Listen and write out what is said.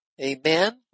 Amen